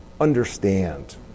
understand